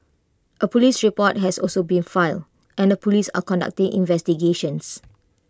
A Police report has also been filed and the Police are conducting investigations